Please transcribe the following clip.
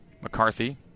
McCarthy